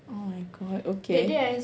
oh my god okay